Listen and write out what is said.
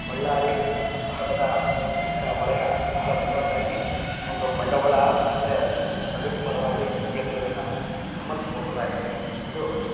ಬಳ್ಳಾರಿ ಭಾಗದ ಶೈಕ್ಷಣಿಕ ವಲಯ ಬಹಳ ಬೃಹತ್ತಾಗಿ ಒಂದು ಬಂಡವಾಳ ಮತ್ತು ಪ್ರಗತಿಪರವಾಗಿ ಬೆಳೆದಿರೋದನ್ನ ಗಮನಿಸಬಹುದಾಗಿದೆ ಇದು